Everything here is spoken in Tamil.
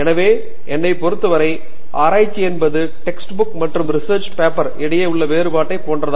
எனவே என்னை பொறுத்தவரை ஆராய்ச்சி என்பது டெக்ஸ்ட் புக் மற்றும் ரிசெர்ச் பேப்பர் இடையே உள்ள வேறுபாட்டை போன்றது